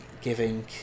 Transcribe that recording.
giving